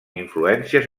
influències